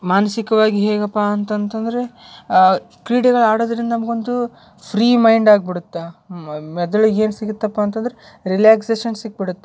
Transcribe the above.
ಮಾನಸಿಕವಾಗಿ ಹೇಗಪ್ಪ ಅಂತಂತಂದರೆ ಕ್ರೀಡೆಗಳು ಆಡೋದರಿಂದ ನಮಗೊಂದು ಫ್ರೀ ಮೈಂಡ್ ಆಗ್ಬಿಡುತ್ತೆ ಮೆದುಳಿಗೆ ಏನು ಸಿಗತ್ತಪ್ಪಾ ಅಂತಂದ್ರೆ ರಿಲ್ಯಾಕ್ಸೇಷನ್ ಸಿಕ್ಬಿಡತ್ತೆ